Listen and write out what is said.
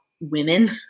women